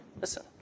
Listen